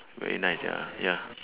very nice ya ya